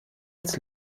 als